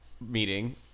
meeting